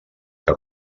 que